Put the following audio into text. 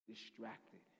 distracted